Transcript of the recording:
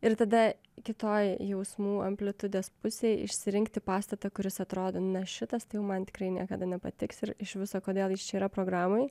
ir tada kitoj jausmų amplitudės pusėj išsirinkti pastatą kuris atrodo na šitas tai jau man tikrai niekada nepatiks ir iš viso kodėl jis čia yra programoj